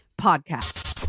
Podcast